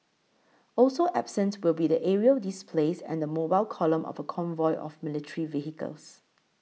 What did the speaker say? also absent will be the aerial displays and the mobile column of a convoy of military vehicles